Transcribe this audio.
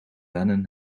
lennon